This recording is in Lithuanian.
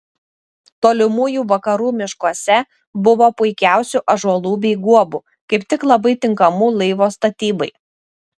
tolimųjų vakarų miškuose buvo puikiausių ąžuolų bei guobų kaip tik labai tinkamų laivo statybai